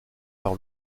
par